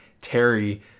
Terry